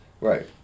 Right